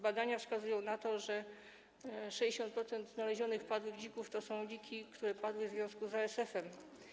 Badania wskazują na to, że 60% znalezionych padłych dzików to dziki, które padły w związku z ASF-em.